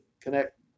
connect